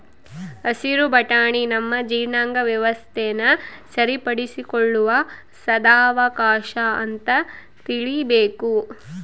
ಹಸಿರು ಬಟಾಣಿ ನಮ್ಮ ಜೀರ್ಣಾಂಗ ವ್ಯವಸ್ಥೆನ ಸರಿಪಡಿಸಿಕೊಳ್ಳುವ ಸದಾವಕಾಶ ಅಂತ ತಿಳೀಬೇಕು